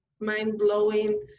mind-blowing